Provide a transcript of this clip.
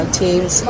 teams